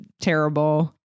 terrible